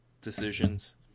decisions